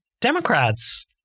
Democrats